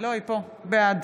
בעד